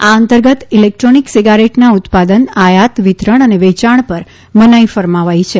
આ અંતર્ગત ઇલેક્ટ્રોનિક સિગારેટના ઉત્પાદન આયાત વિતરણ અને વેયાણ પર મનાઇ ફરમાવાઇ છે